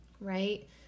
right